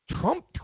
Trump